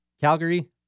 Calgary